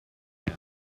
man